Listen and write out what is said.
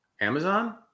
Amazon